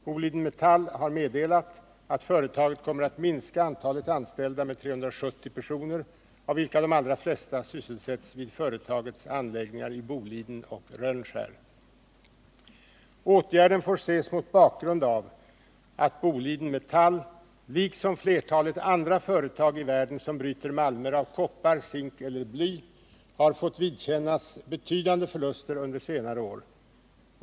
Boliden Metall AB har meddelat att företaget kommer att minska antalet anställda med 370 personer, av vilka de allra flesta sysselsätts vid företagets anläggningar i Boliden och Rönnskär. Åtgärden får ses mot bakgrund av att Boliden Metall AB, liksom flertalet andra företag i världen som bryter malmer av koppar, zink eller bly, har fått vidkännas betydande förluster under senare år.